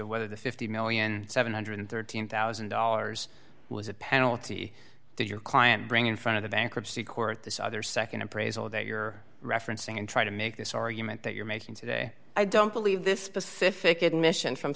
of whether the fifty million seven hundred and thirteen thousand dollars was a penalty did your client bring in front of the bankruptcy court this other nd appraisal that you're referencing and try to make this argument that you're making today i don't believe this specific admission from